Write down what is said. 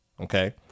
Okay